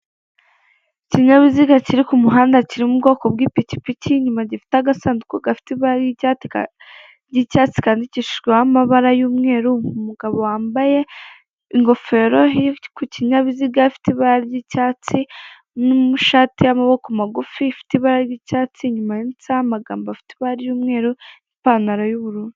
Uyu ni umuhanda wo mu bwoko bwa kaburimbo usize amabara y'umukara n'uturongo tw'umweru, hirya gato hari ubusitani bwiza butoshye bw'icyatsi n'ibiti birebire bitanga umuyaga n'amahumbezi biri imbere y'inzu yo mu bwoko bwa etage .